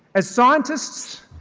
as scientists,